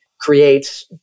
creates